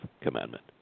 commandment